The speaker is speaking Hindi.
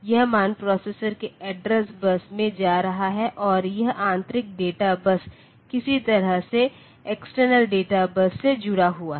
यह मान प्रोसेसर के एड्रेस बस में जा रहा है और यह आंतरिक डेटा बस किसी तरह से एक्सटर्नल डेटा बस से जुड़ा हुआ है